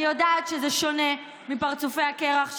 אני יודעת שזה שונה מפרצופי הקרח,